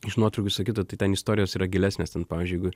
iš nuotraukų visa kita tai ten istorijos yra gilesnės ten pavyzdžiui jeigu